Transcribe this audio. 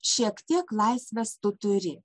šiek tiek laisvės tu turi